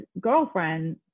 girlfriend